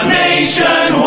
nation